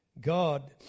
God